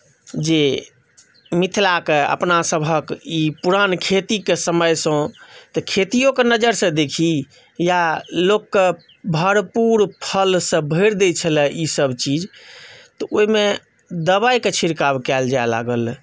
जे मिथिलाके अपनासभक ई पुरान खेतीके समयसँ तऽ खेतियोक नजरसँ देखी या लोककेँ भरपूर फलसँ भरि दैत छलए ईसभ चीज तऽ ओहिमे दवाइके छिड़काव कयल जाय लागलए